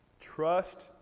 Trust